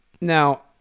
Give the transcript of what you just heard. Now